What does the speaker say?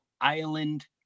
Island